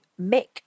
Mick